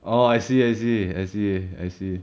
orh I see I see I see I see